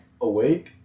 awake